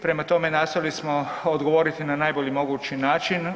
Prema tome, nastojali smo odgovoriti na najbolji mogući način.